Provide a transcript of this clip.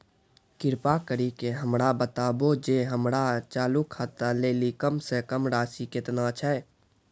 कृपा करि के हमरा बताबो जे हमरो चालू खाता लेली कम से कम राशि केतना छै?